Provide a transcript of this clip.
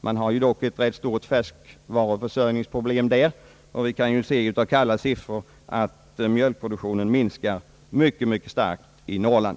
Man har ju dock ett ganska stort färskvaruförsörjningsproblem, och vi kan i kalla siffror se att mjölkproduktionen minskar mycket starkt i Norrland.